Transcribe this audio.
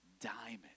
diamond